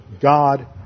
God